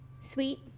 sweet